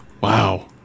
Wow